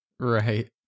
right